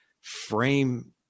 frame